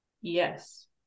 Yes